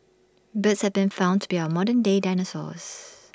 birds have been found to be our modern day dinosaurs